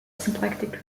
symplectic